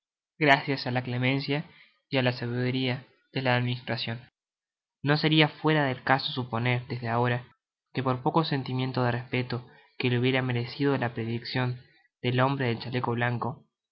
gracias á la clemencia y á la sa bidnria de la administracion no seria fuera del caso suponer desde ahora que por poco sentimiento de respeto que le hubiera merecido la prediccion del hombre del chaleco blanco